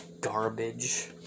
Garbage